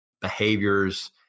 behaviors